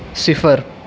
صفر